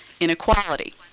inequality